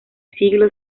siglo